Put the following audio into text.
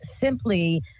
simply